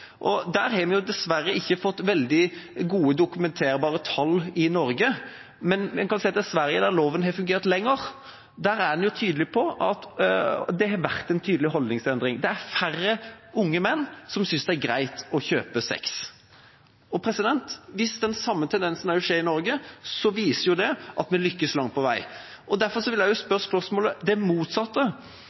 Der har vi i Norge dessverre ikke fått veldig gode, dokumenterbare tall, men en kan se til Sverige, der loven har fungert lenger. Der er en tydelig på at det har vært en tydelig holdningsendring. Det er færre unge menn som synes det er greit å kjøpe sex. Hvis vi ser den samme tendensen også i Norge, viser det at vi langt på vei har lyktes. Derfor vil jeg stille spørsmål om det motsatte.